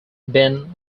ben